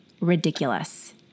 ridiculous